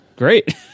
great